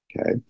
Okay